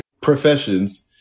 professions